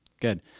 good